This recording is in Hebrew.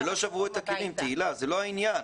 זה לא "שברו את הכלים", זה לא העניין.